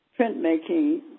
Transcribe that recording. printmaking